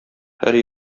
һәр